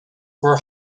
were